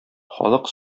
халык